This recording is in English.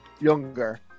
younger